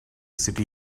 city